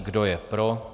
Kdo je pro?